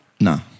No